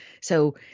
So-